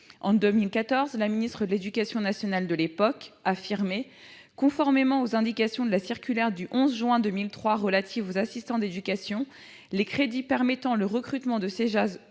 En 2014, la ministre de l'éducation nationale de l'époque affirmait :« Conformément aux indications de la circulaire du 11 juin 2003 relative aux assistants d'éducation, les crédits permettant le recrutement de ces agents